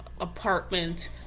apartment